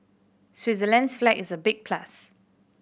Switzerland's flag is a big plus